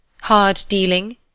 hard-dealing